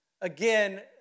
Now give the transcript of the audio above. again